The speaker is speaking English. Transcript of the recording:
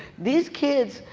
these kids,